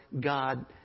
God